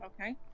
Okay